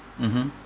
mmhmm